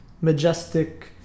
majestic